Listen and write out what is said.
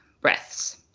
breaths